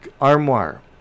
armoire